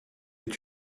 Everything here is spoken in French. est